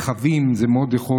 ככל שיש פחות רכבים,